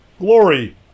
glory